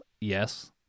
yes